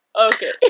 Okay